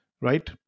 right